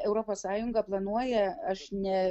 europos sąjunga planuoja aš ne